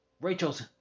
Rachel's